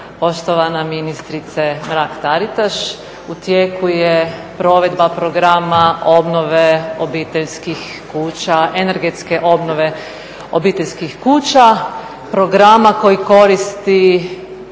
Poštovana ministrice Mrak Taritaš, u tijeku je provedba programa obnove obiteljskih kuća, energetske obnove obiteljskih kuća, programa koji donosi